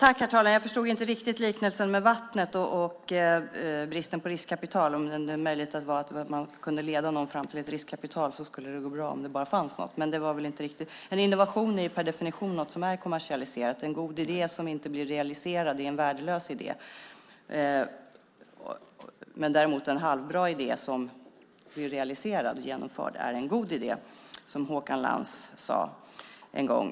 Herr talman! Jag förstod inte riktigt liknelsen med vattnet och bristen på riskkapital. Det var möjligen så att om man kunde leda någon fram till ett riskkapital kunde det gå bra om det bara fanns något. Innovation är något som per definition är kommersialiserat. En god idé som inte blir realiserad är en värdelös idé. Däremot är en halvbra idé som blir realiserad och genomförd en god idé, som Håkan Lans sade en gång.